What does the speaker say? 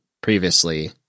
Previously